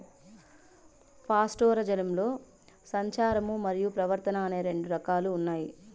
పాస్టోరలిజంలో సంచారము మరియు పరివర్తన అని రెండు రకాలు ఉన్నాయి